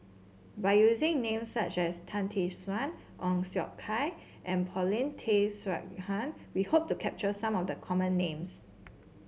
by using names such as Tan Tee Suan Ong Siong Kai and Paulin Tay Straughan we hope to capture some of the common names